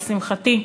לשמחתי,